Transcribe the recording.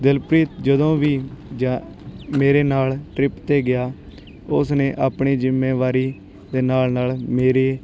ਦਿਲਪ੍ਰੀਤ ਜਦੋਂ ਵੀ ਜਾਂ ਮੇਰੇ ਨਾਲ ਟਰਿਪ 'ਤੇ ਗਿਆ ਉਸਨੇ ਆਪਣੀ ਜ਼ਿੰਮੇਵਾਰੀ ਦੇ ਨਾਲ ਨਾਲ ਮੇਰੇ